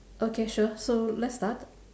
okay sure so let's start